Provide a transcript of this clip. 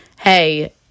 hey